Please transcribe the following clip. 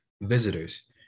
visitors